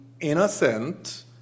innocent